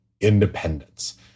independence